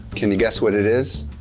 can you guess what it is?